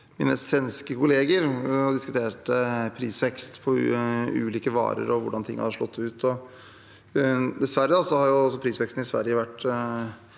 min svenske kollega. Vi diskuterte prisvekst på ulike varer og hvordan ting har slått ut. Dessverre har prisveksten i Sverige vært